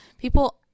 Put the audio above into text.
People